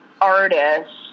artist